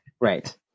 Right